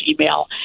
email